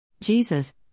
Jesus